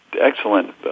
Excellent